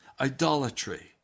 idolatry